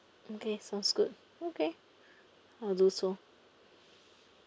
okay sounds good okay I'll do so